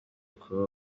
kuba